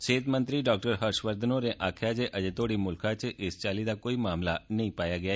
सेहत मंत्री डा हर्षवर्घन होरें आक्खेआ ऐ जे अजें तोड़ी मुल्खा च इस चाल्ली दा कोई मामला नेई पाया गेआ